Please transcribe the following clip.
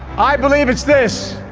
i believe it's this